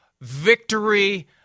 victory